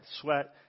sweat